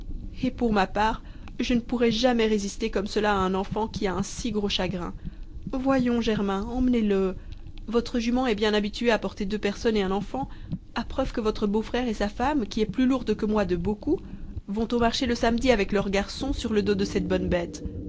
et pour ma part je ne pourrais jamais résister comme cela à un enfant qui a un si gros chagrin voyons germain emmenez-le votre jument est bien habituée à porter deux personnes et un enfant à preuve que votre beau-frère et sa femme qui est plus lourde que moi de beaucoup vont au marché le samedi avec leur garçon sur le dos de cette bonne bête